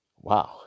Wow